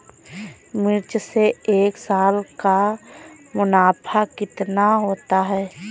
मिर्च से एक साल का मुनाफा कितना होता है?